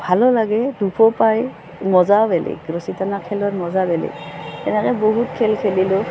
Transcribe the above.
ভালো লাগে দুপো পাই মজাও বেলেগ ৰছী টনা খেলত মজা বলেগ এনেকৈ বহুত খেল খেলিলোঁ